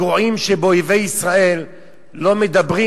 הגרועים שבאויבי לא מדברים,